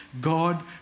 God